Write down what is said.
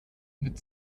mit